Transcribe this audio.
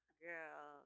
girl